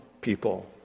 people